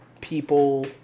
people